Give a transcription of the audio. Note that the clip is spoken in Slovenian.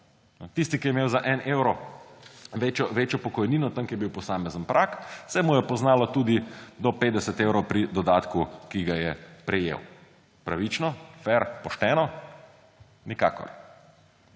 Tisti, ki je imel za 1 evro večjo pokojnino, tam, kjer je bil posamezen prag, se mu je poznalo tudi do 50 evrov pri dodatku, ki ga je prejel. Pravično? Fer? Pošteno? Nikakor.